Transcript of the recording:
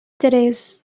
tres